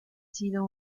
sido